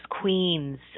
queens